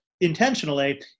intentionally